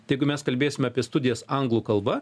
tai jeigu mes kalbėsime apie studijas anglų kalba